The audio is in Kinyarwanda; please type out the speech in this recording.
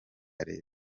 leta